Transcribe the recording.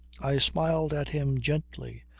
i smiled at him gently,